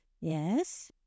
Yes